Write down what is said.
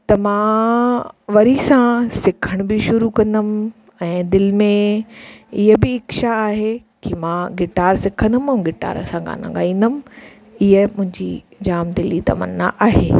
त मां वरी सां सिखण बि शुरू कंदमि ऐं दिलि में इअं बि इच्छा आहे त मां गिटार सिखंदमि ऐं गिटार सां गाना ॻाईंदमि इहे मुंहिंजी जाम दिलही तमन्ना आहे